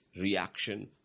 reaction